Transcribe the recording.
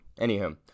anywho